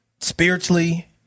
spiritually